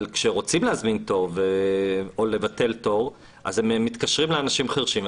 אבל כשרוצים להזמין או לבטל תור אז מתקשרים לאנשים חירשים,